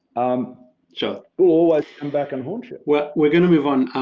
um just always come back and haunt you. well, we're gonna move on.